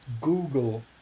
Google